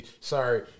Sorry